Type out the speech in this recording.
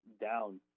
down